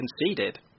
conceded